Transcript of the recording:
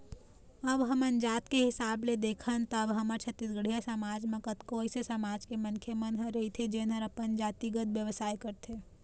अब हमन जात के हिसाब ले देखन त अब हमर छत्तीसगढ़िया समाज म कतको अइसे समाज के मनखे मन ह रहिथे जेन ह अपन जातिगत बेवसाय करथे